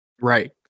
Right